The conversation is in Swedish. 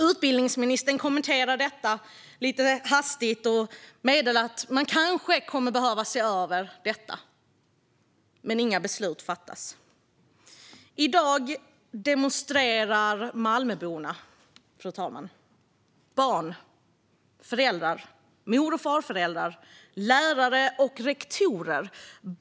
Utbildningsministern kommenterar detta lite hastigt och meddelar att man kanske kommer att behöva se över detta. Men inga beslut fattas. Fru talman! I dag demonstrerar Malmöborna. Barn, föräldrar, mor och farföräldrar, lärare och rektorer demonstrerar.